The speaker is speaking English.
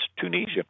Tunisia